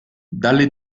dalle